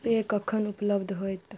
पेय कखन उपलब्ध होएत